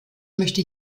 möchte